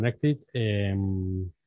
connected